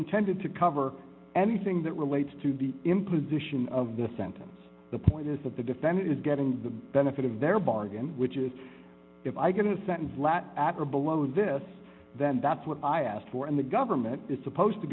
intended to cover anything that relates to the implication of the sentence the point is that the defendant is getting the benefit of their bargain which is if i get a nd black actor below this then that's what i asked for and the government is supposed to